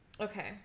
Okay